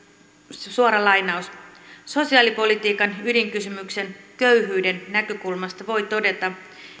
suora lainaus sosiaalipolitiikan ydinkysymyksen köyhyyden näkökulmasta voi todeta